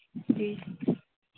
जी